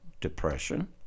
depression